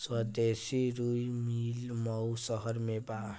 स्वदेशी रुई मिल मऊ शहर में बा